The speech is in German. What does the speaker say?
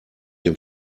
dem